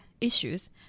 issues